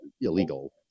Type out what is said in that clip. illegal